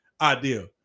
idea